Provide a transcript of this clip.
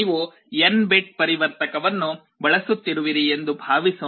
ನೀವು N bit ಪರಿವರ್ತಕವನ್ನು ಬಳಸುತ್ತಿರುವಿರಿ ಎಂದು ಭಾವಿಸೋಣ